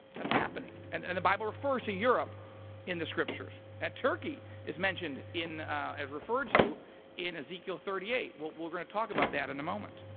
that's happening. and and the bible refers to europe in the scriptures. and turkey is mentioned as referred to in ezekiel thirty eight. we're gonna talk about that in a moment.